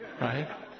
Right